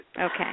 Okay